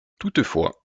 toutefois